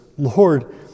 Lord